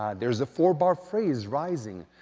there is a four-bar phrase rising,